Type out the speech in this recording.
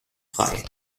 frei